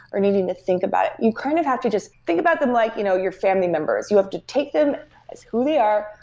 or needing to think about it. you kind of have to just think about them like you know your family members. you have to take them as who they are,